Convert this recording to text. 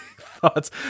thoughts